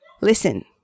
Listen